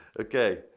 Okay